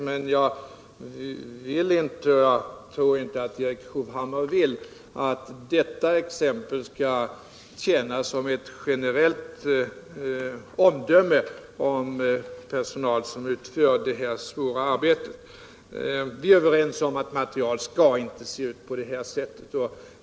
Jag vill emellertid inte, och det tror jag inte heller att Erik Hovhammar vill, att det exempel vi nu talar om skall få ligga till grund för ett generellt omdöme om personal som utför detta svåra arbete. Vi är överens om att utbildningsmaterial inte skall se ut på det här sättet.